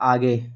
आगे